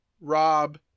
Rob